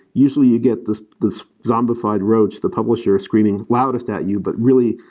usually you get this this zombified roach, the publisher is screaming loudest at you, but, really,